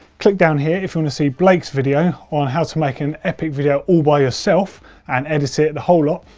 click down here if you want to see blake's video on how to make an epic video all by yourself and edit it, the whole lot,